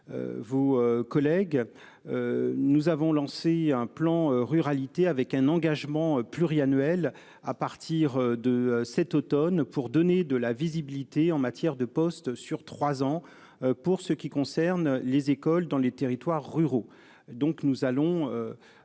Vos collègues. Nous avons lancé un plan ruralité avec un engagement pluriannuel à partir de cet Automne pour donner de la visibilité. En matière de postes sur 3 ans pour ce qui concerne les écoles dans les territoires ruraux. Donc nous allons.